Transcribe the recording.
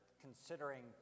considering